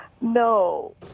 No